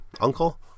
uncle